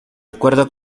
acuerdo